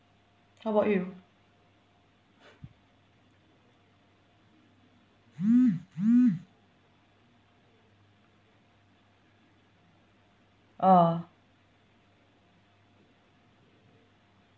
how about you orh